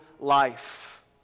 life